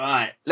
Right